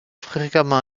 fréquemment